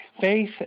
faith